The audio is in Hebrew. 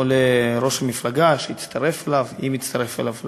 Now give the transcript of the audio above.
או לראש של מפלגה שיצטרף אליו, אם יצטרף אליו,